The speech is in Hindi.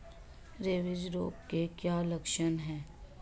रेबीज रोग के क्या लक्षण है?